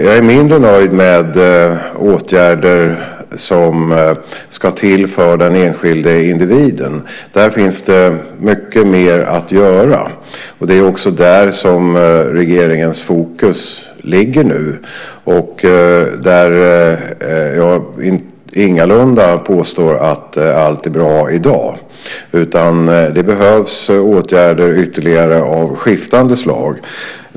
Jag är mindre nöjd med åtgärder som ska till för den enskilde individen. Där finns det mycket mer att göra. Det är också där som regeringens fokus ligger nu. Jag påstår ingalunda att allt är bra i dag, utan det behövs ytterligare åtgärder av skiftande slag.